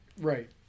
right